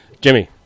Jimmy